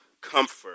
comfort